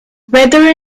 whether